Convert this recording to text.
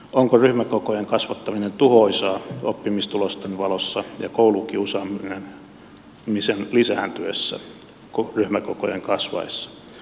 onko ryhmäkokojen kasvattaminen tuhoisaa oppimistulosten valossa ja koulukiusaamisen lisääntyessä ryhmäkokojen kasvaessa